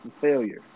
failure